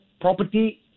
property